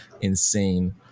insane